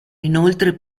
inoltre